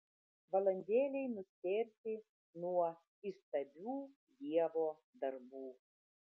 valandėlei nustėrti nuo įstabių dievo darbų